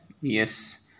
yes